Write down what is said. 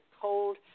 cold